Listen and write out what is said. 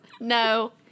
no